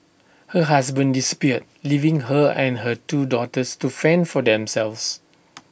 her husband disappeared leaving her and her two daughters to fend for themselves